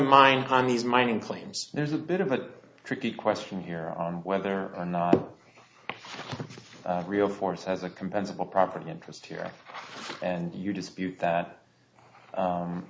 mine on these mining claims there's a bit of a tricky question here on whether or not the real force has a compensable property interest here and you dispute that